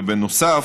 ובנוסף,